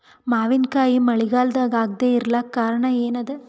ಮಾವಿನಕಾಯಿ ಮಳಿಗಾಲದಾಗ ಆಗದೆ ಇರಲಾಕ ಕಾರಣ ಏನದ?